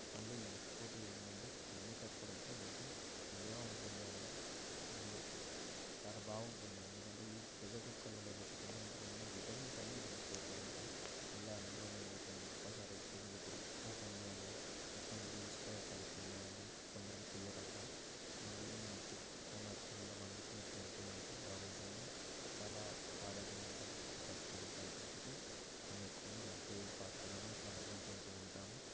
మళ్ళీ ఇంకొకటి ఏంటంటే తినేటప్పుడు ఇంకా మంచిగా తియ్యగా ఉంటుంది అన్నం మళ్ళీ చాలా బాగుంటుంది ఎందుకంటే ఈ ప్రెషర్ కుక్కర్లలో పెట్టుకుంటే అందులో ఉన్న విటమిన్స్ అన్నీ వెళ్ళిపోతు ఉంటాయి మళ్ళీ అందులో విటం ఒక్కసారి ప్రెజర్ కుక్కర్ ఓపెన్ చేయగానే మొత్తం లేచిపోయి పడుతుంది అన్నం కొంతమంది తియ్యరాక మళ్ళీ మట్టి సామాగ్రిలో వండుకొని తింటు ఉంటే బాగుంటుంది చాలా పాత జ్ఞాపకాలు గుర్తుకు వస్తు ఉంటాయి కాబట్టి మేము ఎక్కువగా మట్టి పాత్రలో వండుకొని తింటు ఉంటాము